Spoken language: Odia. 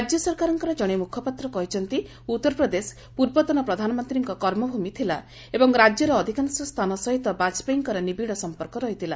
ରାଜ୍ୟ ସରକାରଙ୍କର ଜଣେ ମୁଖପାତ୍ର କହିଛନ୍ତି ଉତ୍ତରପ୍ରଦେଶ ପୂର୍ବତନ ପ୍ରଧାନମନ୍ତ୍ରୀଙ୍କ କର୍ମଭୂମି ଥିଲା ଏବଂ ରାଜ୍ୟର ଅଧିକାଂଶ ସ୍ଥାନ ସହିତ ବାଜପେୟୀଙ୍କର ନିବିଡ଼ ସଂପର୍କ ରହିଥିଲା